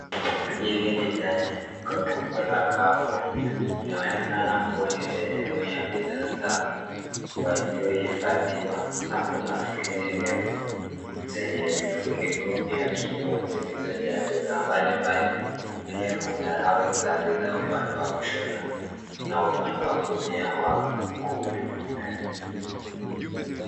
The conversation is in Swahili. Hili ni ndani ya duka kubwa la Carrefour, inaoneka kuwa ni sehemu ya bidhaa za walio hifadhiwa na kuna friji ndefu zenye vifuniko vya kioo zilizo jaa bidhaa mbalimbali. Pia kuna rafu za bidhaa upande wa kushoto na upande wa kulia wa ukumbi.